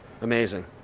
Amazing